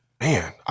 man